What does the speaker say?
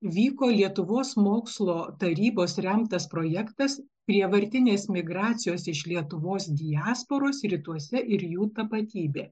vyko lietuvos mokslo tarybos remtas projektas prievartinės migracijos iš lietuvos diasporos rytuose ir jų tapatybė